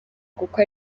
kuko